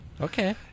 Okay